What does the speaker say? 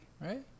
right